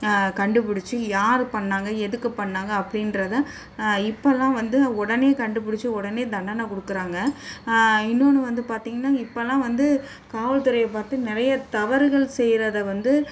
கண்டுபிடிச்சி யார் பண்ணாங்க எதுக்கு பண்ணாங்க அப்படின்றத இப்போல்லாம் வந்து உடனே கண்டுபிடிச்சி உடனே தண்டனை கொடுக்குறாங்க இன்னொன்னு வந்து பார்த்தீங்கன்னா இப்போல்லாம் வந்து காவல்துறையை பார்த்து நிறைய தவறுகள் செய்கிறத வந்து